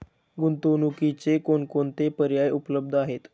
गुंतवणुकीचे कोणकोणते पर्याय उपलब्ध आहेत?